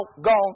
Gone